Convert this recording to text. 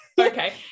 okay